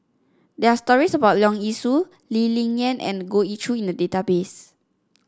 there are stories about Leong Yee Soo Lee Ling Yen and Goh Ee Choo in the database